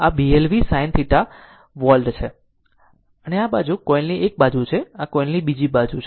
આ બલ વી sin θ વોલ્ટ છે અને આ બાજુ કોઇલની એક બાજુ છે આ કોઇલની બીજી બાજુ છે